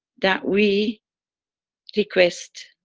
that we request